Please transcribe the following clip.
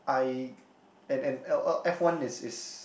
I and and oh uh f-one is is